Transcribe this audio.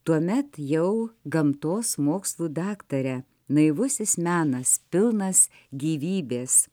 tuomet jau gamtos mokslų daktare naivusis menas pilnas gyvybės